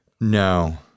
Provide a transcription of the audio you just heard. No